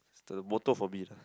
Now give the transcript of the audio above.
is the moto for me lah